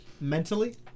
mentally